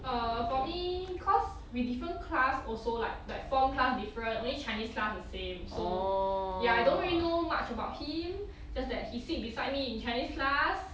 err for me cause we different class also like like form class different only chinese class the same so ya I don't really know much about him just that he sit beside me in chinese class